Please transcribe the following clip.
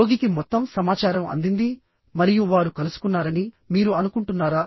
రోగికి మొత్తం సమాచారం అందింది మరియు వారు కలుసుకున్నారని మీరు అనుకుంటున్నారా